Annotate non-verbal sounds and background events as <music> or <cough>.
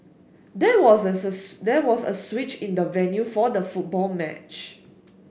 there was a <unintelligible> there was a switch in the venue for the football match